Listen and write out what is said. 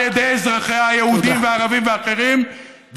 על ידי אזרחיה היהודים והערבים והאחרים,